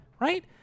Right